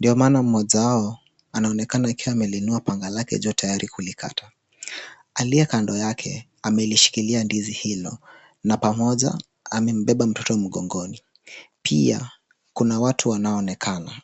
ndio maana mmoja wao anaonekana akiwa ameliinua panga lake juu tayari kulikata. Aliye kando yake amelishikilia ndizi hilo na pamoja amembeba mtoto mgongoni. Pia kuna watu wanaoonekana.